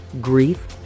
grief